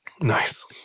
Nice